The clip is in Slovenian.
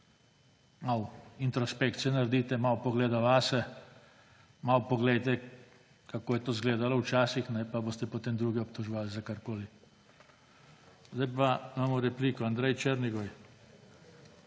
malo introspekcijo naredite, malo pogleda vase, malo poglejte, kako je to zgledalo včasih, pa boste potem druge obtoževali za karkoli. Zdaj pa imamo repliko, Andrej Černigoj.